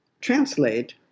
translate